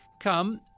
come